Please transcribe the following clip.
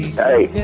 hey